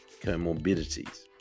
comorbidities